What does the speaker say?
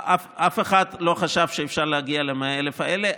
שאפשר להגיע ל-100,000 האלה.